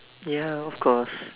ya of course